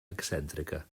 excèntrica